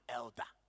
elder